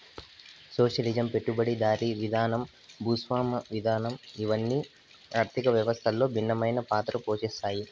socialism పెట్టుబడిదారీ విధానం భూస్వామ్య విధానం ఇవన్ని ఆర్థిక వ్యవస్థలో భిన్నమైన పాత్ర పోషిత్తాయి